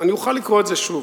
אני אוכל לקרוא את זה שוב.